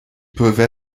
peuvent